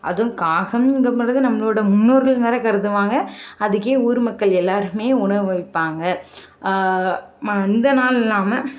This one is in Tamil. அதும் காகம்கும் பொழுது நம்மளோடய முன்னோர்கள்ன்னு வேற கருதுவாங்க அதுக்கே ஊர் மக்கள் எல்லாருமே உணவு வைப்பாங்க ம இந்த நாள்ன்னு இல்லாமல்